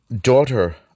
daughter